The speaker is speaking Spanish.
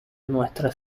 nuestra